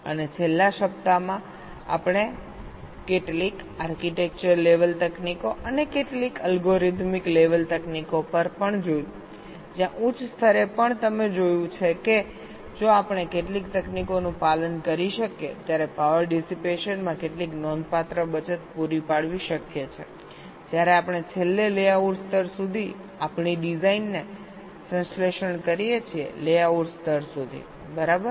અને આ છેલ્લા સપ્તાહમાં આપણે કેટલીક આર્કિટેક્ચર લેવલ તકનીકો અને કેટલીક અલ્ગોરિધમિક લેવલ તકનીકો પર પણ જોયુંજ્યાં ઉચ્ચ સ્તરે પણ તમે જોયું છે કે જો આપણે કેટલીક તકનીકોનું પાલન કરી શકીએ ત્યારે પાવર ડિસીપેશનમાં કેટલીક નોંધપાત્ર બચત પૂરી પાડવી શક્ય છે જ્યારે આપણે છેલ્લે લેઆઉટ સ્તર સુધી આપણી ડિઝાઇનને સંશ્લેષણ કરીએ છીએ લેઆઉટ સ્તર સુધી બરાબર